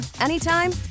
anytime